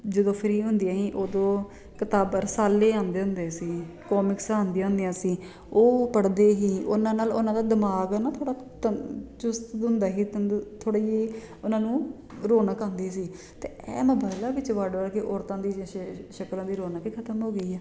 ਜਦੋਂ ਫ੍ਰੀ ਹੁੰਦੀਆਂ ਹੀ ਉਦੋਂ ਕਿਤਾਬਾਂ ਰਸਾਲੇ ਆਉਂਦੇ ਹੁੰਦੇ ਸੀ ਕੌਮਿਕਸ ਆਉਂਦੀਆਂ ਹੁੰਦੀਆਂ ਸੀ ਉਹ ਪੜ੍ਹਦੇ ਹੀ ਉਹਨਾਂ ਨਾਲ ਉਹਨਾਂ ਦਾ ਦਿਮਾਗ ਹੈ ਨਾ ਥੋੜ੍ਹਾ ਤੰ ਚੁਸਤ ਹੁੰਦਾ ਹੀ ਤੰਦ ਥੋੜ੍ਹੀ ਜਿਹੀ ਉਹਨਾਂ ਨੂੰ ਰੋਣਕ ਆਉਂਦੀ ਸੀ ਅਤੇ ਐਹ ਮੋਬਾਇਲਾਂ ਵਿੱਚ ਵੜ ਵੜ ਕੇ ਔਰਤਾਂ ਦੀ ਸ਼ ਸ਼ਕਲਾਂ ਦੀ ਰੌਣਕ ਹੀ ਖਤਮ ਹੋ ਗਈ ਹੈ